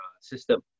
system